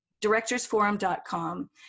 directorsforum.com